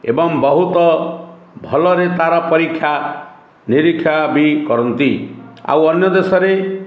ଏବଂ ବହୁତ ଭଲରେ ତା'ର ପରୀକ୍ଷା ନିରୀକ୍ଷା ବି କରନ୍ତି ଆଉ ଅନ୍ୟ ଦେଶରେ